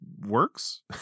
works